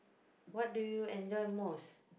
what do you enjoy most